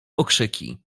okrzyki